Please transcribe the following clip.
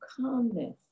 calmness